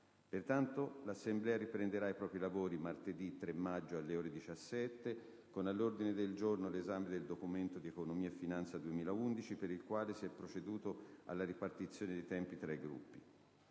Pertanto, l'Assemblea riprenderà i propri lavori martedì 3 maggio, alle ore 17, con all'ordine del giorno l'esame del Documento di economia e finanza 2011, per il quale si è proceduto alla ripartizione dei tempi tra i Gruppi.